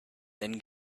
then